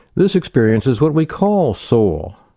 this experience is what we call soul,